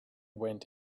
went